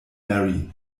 mary